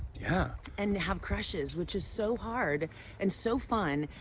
yeah. and have crushes, which is so hard and so fun,